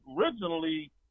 originally